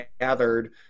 gathered